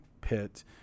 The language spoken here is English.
pit